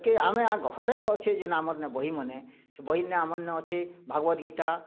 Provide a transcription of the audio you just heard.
ଆମେ ଘରେ ଅଛି ଯେନ୍ ଆମର୍ ନେ ବହି ମନେ ସେ ବହି ନେ ଆମର୍ ନ ଅଛି ଭାଗବତ୍ ଗୀତା